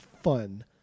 fun